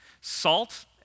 Salt